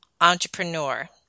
entrepreneur